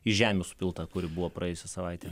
iš žemių supilta kuri buvo praėjusią savaitę